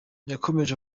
yakomeje